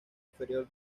inferior